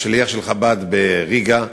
שליח חב"ד בריגה,